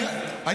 אבל.